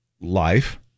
life